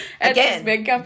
again